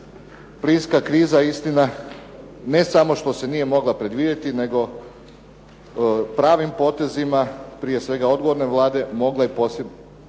Plinska kriza, istina ne samo što se nije mogla predvidjeti, nego pravim potezima, prije svega odgovorne Vlade mogla je posve